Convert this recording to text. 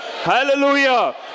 hallelujah